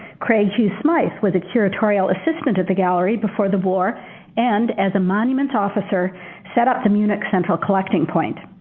craig hugh smyth was a curatorial assistant at the gallery before the war and as a monuments officer set up the munich central collecting point.